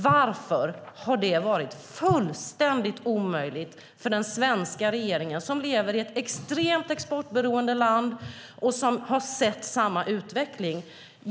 Varför har det varit fullständigt omöjligt för den svenska regeringen som lever i ett extremt exportberoende land och som har sett samma utveckling?